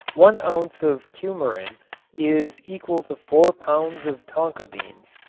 one ounce of cumarin is equal to four pounds of tonka beans.